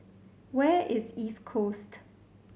where is East Coast